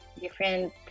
different